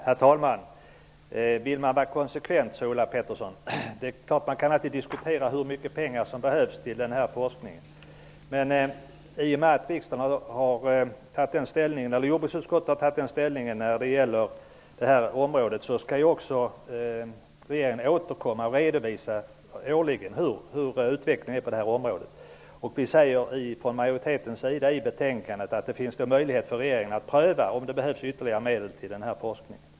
Herr talman! Vill man vara konsekvent, sa Ulla Pettersson. Vi kan alltid diskutera hur mycket pengar som behövs till den här forskningen. Men jordbruksutskottet har ju tagit ställning i den här frågan, och regeringen skall återkomma och årligen redovisa hur utvecklingen är på detta område. Majoriteten säger i betänkandet att det finns möjlighet för regeringen att pröva om det behövs ytterligare medel till den här forskningen.